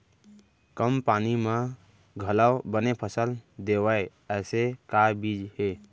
कम पानी मा घलव बने फसल देवय ऐसे का बीज हे?